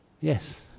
Yes